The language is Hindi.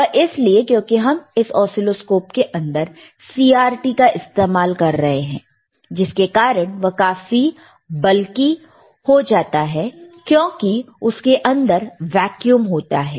वह इसलिए क्योंकि हम इस असीलोस्कोप के अंदर CRT का इस्तेमाल कर रहे हैं जिसके कारण वह काफी बल्कि हो जाता है क्योंकि उसके अंदर वैक्यूम होता है